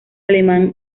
alemán